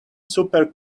super